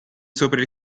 sopra